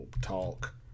Talk